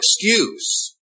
excuse